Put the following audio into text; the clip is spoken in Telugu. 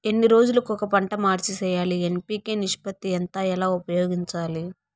ఎన్ని రోజులు కొక పంట మార్చి సేయాలి ఎన్.పి.కె నిష్పత్తి ఎంత ఎలా ఉపయోగించాలి?